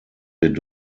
wird